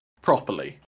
properly